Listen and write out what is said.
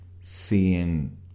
seeing